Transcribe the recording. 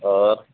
اور